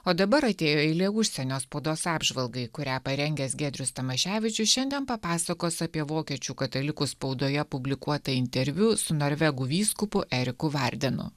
o dabar atėjo eilė užsienio spaudos apžvalgai kurią parengęs giedrius tamaševičius šiandien papasakos apie vokiečių katalikų spaudoje publikuotą interviu su norvegų vyskupu eriku vardenu